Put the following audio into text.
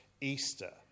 Easter